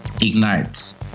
ignites